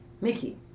Mickey